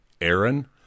Aaron